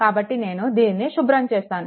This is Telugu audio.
కాబట్టి నేను దీనిని శుభ్రంచేస్తాను